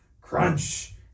crunch